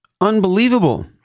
Unbelievable